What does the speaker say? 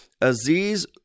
Aziz